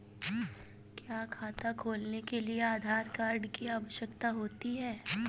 क्या खाता खोलने के लिए आधार कार्ड की आवश्यकता होती है?